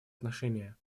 отношения